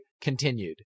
continued